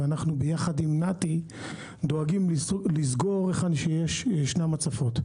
ויחד עם נת"י אנחנו דואגים לסגור היכן שיש הצפות.